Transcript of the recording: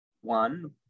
one